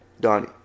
Donnie